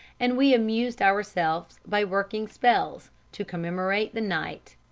and we amused ourselves by working spells, to commemorate the night.